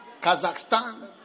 Kazakhstan